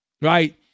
right